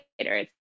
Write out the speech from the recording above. later